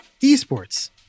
E-sports